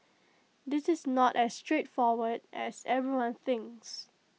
this is not as straightforward as everyone thinks